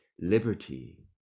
liberty